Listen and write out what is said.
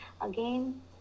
Again